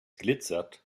glitzert